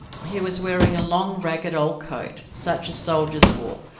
he was wearing a long, ragged old coat, such as soldiers wore,